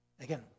Again